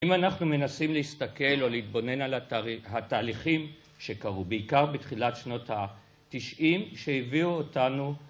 אם אנחנו מנסים להסתכל או להתבונן על התהליכים שקרו בעיקר בתחילת שנות התשעים שהביאו אותנו